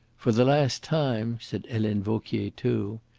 for the last time, said helene vauquier too.